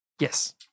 Yes